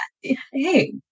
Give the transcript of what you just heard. hey